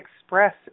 express